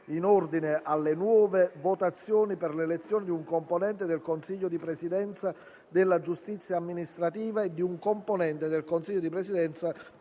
delle votazioni per l'elezione di un componente del consiglio di presidenza della giustizia amministrativa e** **di un componente del consiglio di presidenza